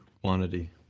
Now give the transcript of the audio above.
quantity